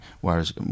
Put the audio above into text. whereas